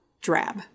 drab